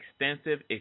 extensive